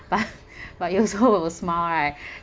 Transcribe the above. but but you also will smile right